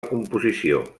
composició